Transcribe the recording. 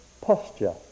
posture